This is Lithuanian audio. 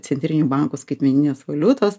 centrinių bankų skaitmeninės valiutos